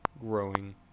growing